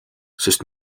sest